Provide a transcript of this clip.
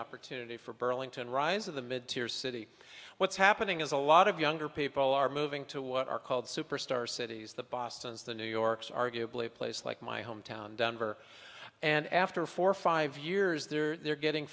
opportunity for burlington rise of the mid tears city what's happening is a lot of younger people are moving to what are called super star cities the bostons the new york's arguably a place like my hometown denver and after four or five years there they're getting